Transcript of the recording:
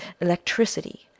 electricity